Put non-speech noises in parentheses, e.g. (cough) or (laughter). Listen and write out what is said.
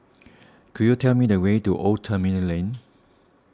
(noise) could you tell me the way to Old Terminal Lane